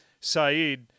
Saeed